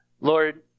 Lord